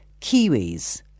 Kiwis